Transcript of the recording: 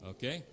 Okay